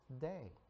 day